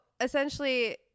essentially